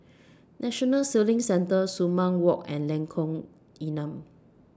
National Sailing Centre Sumang Walk and Lengkong Enam